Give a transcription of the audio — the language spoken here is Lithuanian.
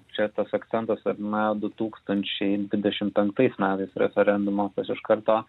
čia tas akcentas kad na du tūkstančiai dvidešim penktais metais referendumo tas iš karto